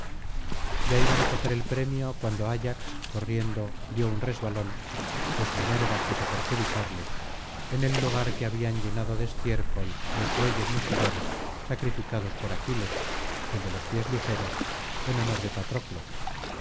ya iban á coger el premio cuando ayax corriendo dio un resbalón pues minerva quiso perjudicarle en el lugar que habían llenado de estiércol los bueyes mugidores sacrificados por aquiles el de los pies ligeros en honor de patroclo